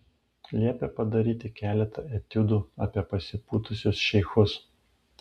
liepė padaryti keletą etiudų apie pasipūtusius šeichus